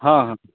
हॅं हॅं